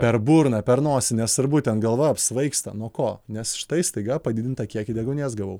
per burną per nosį nesvarbu ten galva apsvaigsta nuo ko nes štai staiga padidintą kiekį deguonies gavau